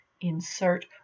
insert